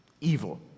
Evil